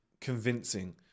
convincing